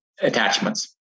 attachments